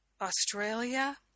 Australia